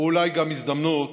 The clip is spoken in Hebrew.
הוא אולי גם הזדמנות